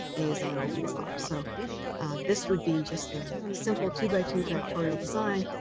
a is on and b is off. so this would be just the simple two-by-two factorial design.